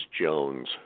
Jones